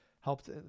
helped